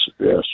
Yes